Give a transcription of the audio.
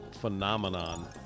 phenomenon